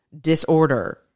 disorder